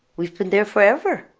we've been there forever